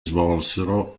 svolsero